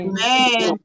Amen